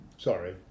Sorry